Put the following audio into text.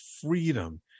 freedom